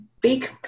big